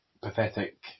pathetic